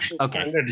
okay